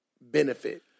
benefit